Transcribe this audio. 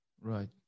Right